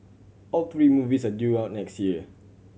all three movies are due out next year